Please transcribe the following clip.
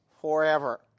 forever